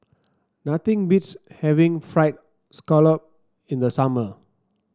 nothing beats having fried Scallop in the summer